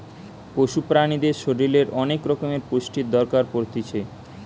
পশু প্রাণীদের শরীরের অনেক রকমের পুষ্টির দরকার পড়তিছে